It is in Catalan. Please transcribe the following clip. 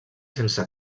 sense